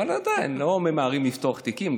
אבל עדיין לא ממהרים לפתוח תיקים,